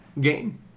game